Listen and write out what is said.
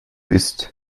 isst